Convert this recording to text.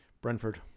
Brentford